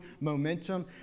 momentum